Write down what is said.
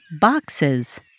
boxes